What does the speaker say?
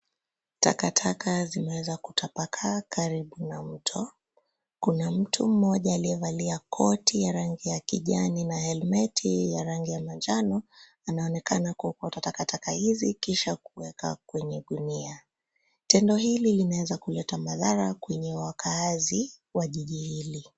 Takataka zimeweza kutapakaa karibu na mto. Kuna mtu mmoja aliyevalia koti ya rangi ya kijani na helmeti ya rangi ya manjano. Anaonekana kuokota takataka hizi kisha kuweka kwenye gunia. Tendo hili limeweza kuleta madhara kwenye wakaazi wa jiji hili.